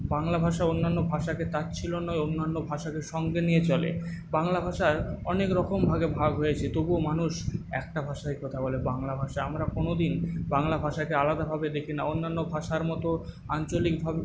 বাংলা ভাষা অন্যান্য ভাষাকে তাচ্ছিল্য নয় অন্যান্য ভাষাকে সঙ্গে নিয়ে চলে বাংলা ভাষার অনেকরকম ভাগে ভাগ হয়েছে তবুও মানুষ একটা ভাষায় কথা বলে বাংলা ভাষা আমরা কোন দিন বাংলা ভাষাকে আলাদাভাবে দেখি না অন্যান্য ভাষার মতো আঞ্চলিকভাবে